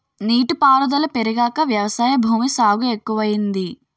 నీటి పారుదుల పెరిగాక వ్యవసాయ భూమి సాగు ఎక్కువయింది